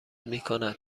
میکند